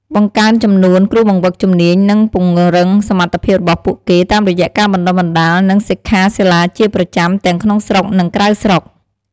បង្កើនចំនួន គ្រូបង្វឹកជំនាញ និងពង្រឹងសមត្ថភាពរបស់ពួកគេ តាមរយៈការបណ្តុះបណ្តាល និងសិក្ខាសាលាជាប្រចាំ ទាំងក្នុងស្រុក និងក្រៅស្រុក។